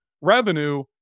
revenue